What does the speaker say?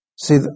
See